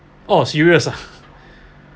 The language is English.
oh serious ah